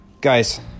Guys